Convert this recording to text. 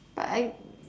but I